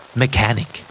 mechanic